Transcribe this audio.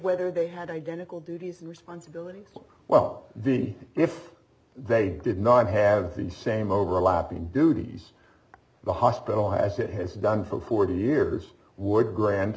whether they had identical duties and responsibilities well the if they did not have the same overlapping duties the hospital has that has done for forty years would gran